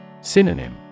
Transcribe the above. Synonym